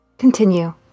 Continue